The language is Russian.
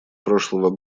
прошлого